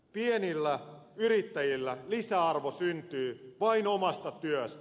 pienillä yrittäjillä lisäarvo syntyy vain omasta työstä